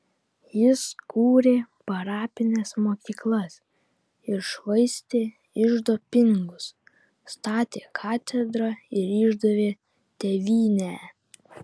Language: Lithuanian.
jis kūrė parapines mokyklas ir švaistė iždo pinigus statė katedrą ir išdavė tėvynę